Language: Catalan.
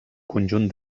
conjunt